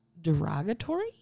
derogatory